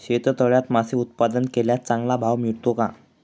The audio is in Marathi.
शेततळ्यात मासे उत्पादन केल्यास चांगला भाव मिळतो का?